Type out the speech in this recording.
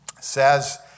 says